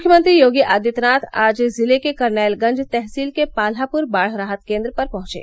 मुख्यमंत्री योगी आदित्यनाथ आज जिले के करनैलगंज तहसील के पाल्हाप्र बाढ़ राहत केन्द्र पर पहंचे